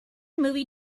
movie